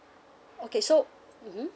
okay so mmhmm